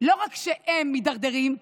לא רק שהם מידרדרים,